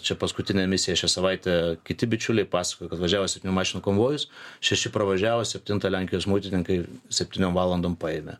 čia paskutinę misiją šią savaitę kiti bičiuliai pasakojo kad važiavo septynių mašinų konvojus šeši pravažiavo septintą lenkijos muitininkai septintą valandą paėmę